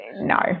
No